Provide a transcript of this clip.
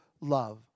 love